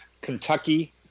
Kentucky